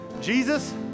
Jesus